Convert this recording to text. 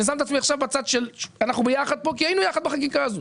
אני שם את עצמי בצד שאנחנו ביחד פה כי היינו יחד בחקיקה הזאת.